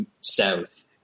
south